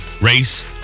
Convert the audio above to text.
race